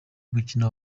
gukina